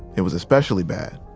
it was especially bad.